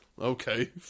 okay